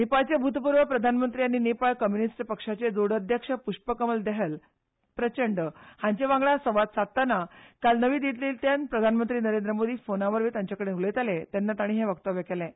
नेपाळचे उत्तरपूर्व प्रधानमंत्री आनी नेपाळ कम्यूनिस्ट पक्षाचे जोड अध्यक्ष पुश्पकमल दहत्व प्रचंड हांचे वांगडा संवाद सादतना काल नवली दिल्लींतल्यान प्रधानमंत्री मोदी फोना वरवीं तांचे कडेन लयताले तेन्ना तांणी हें उलोवप केलें